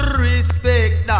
respect